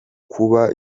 kuba